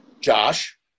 Josh